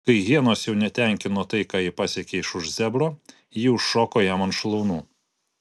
kai hienos jau netenkino tai ką ji pasiekia iš už zebro ji užšoko jam ant šlaunų